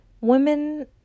women